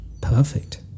perfect